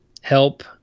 help